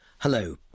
Hello